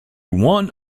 one